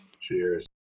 Cheers